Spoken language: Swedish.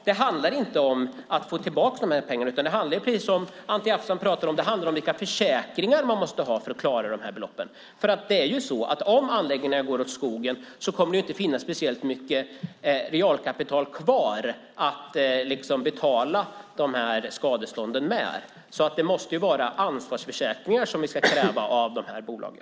Det handlar inte om att få tillbaka pengarna utan, precis som Anti Avsan sade, om vilka försäkringar man måste ha för att klara de här beloppen. Om det går åt skogen vid anläggningarna kommer det inte att finnas speciellt mycket realkapital kvar att betala skadestånden med. Det måste vara ansvarsförsäkringar som vi ska kräva av de här bolagen.